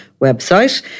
website